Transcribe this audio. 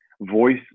voice